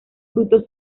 frutos